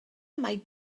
mai